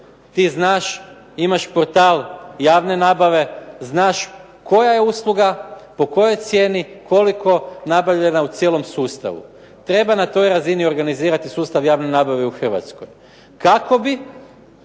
Ti znaš, imaš portal javne nabave, znaš koja je usluga, po kojoj cijeni koliko nabavljena u cijelom sustavu. Treba na toj razini organizirati sustav javne nabave u Hrvatskoj kako bi